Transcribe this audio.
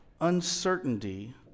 uncertainty